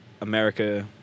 America